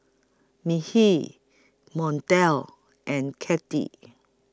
Mekhi Montel and Katy